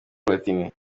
platini